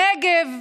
הנגב,